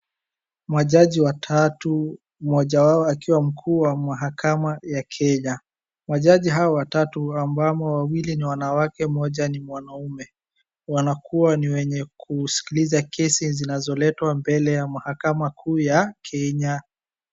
Majaji watatu mmoja wao akiwa mkuu wa mahakama ya Kenya. Majaji hao watatu ambamo wawili ni wanawake mmoja ni mwanaume wanakua ni wenye kushikiliza kesi zinazoletwa mbele ya mahakama kuu ya Kenya.